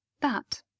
That